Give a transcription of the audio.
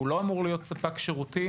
ולא אמור להיות ספק שירותים.